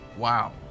Wow